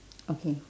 okay